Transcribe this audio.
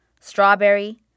strawberry